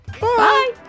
Bye